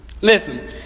Listen